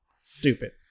stupid